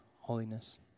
holiness